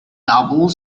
double